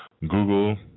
Google